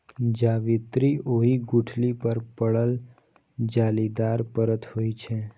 जावित्री ओहि गुठली पर पड़ल जालीदार परत होइ छै